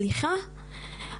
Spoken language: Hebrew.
סליחה?